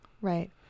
Right